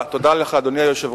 תודה, תודה לך, אדוני היושב-ראש.